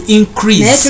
increase